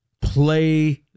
Play